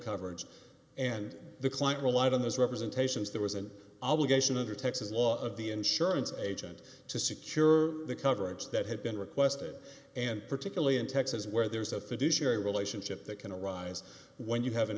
coverage and the client relied on those representations there was an obligation under texas law of the insurance agent to secure the coverage that had been requested and particularly in texas where there's a fiduciary relationship that can arise when you have an